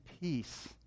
peace